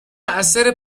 اثر